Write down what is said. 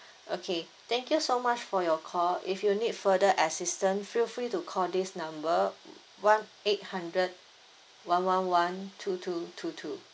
okay thank you so much for your call if you need further assistance feel free to call this number one eight hundred one one one two two two two